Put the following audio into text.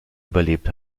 überlebt